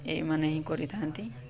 ଏଇମାନେ ହିଁ କରିଥାନ୍ତି